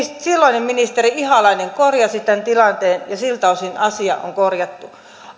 silloinen ministeri ihalainen korjasi tämän tilanteen ja siltä osin asia on korjattu